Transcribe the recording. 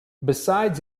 besides